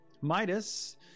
Midas